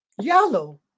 yellow